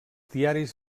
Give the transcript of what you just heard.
diaris